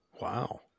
Wow